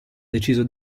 deciso